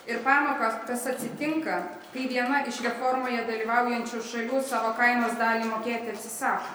ir pamokas kas atsitinka kai viena iš reformoje dalyvaujančių šalių savo kainos dalį mokėti atsisako